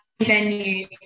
venues